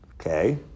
Okay